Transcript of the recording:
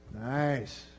Nice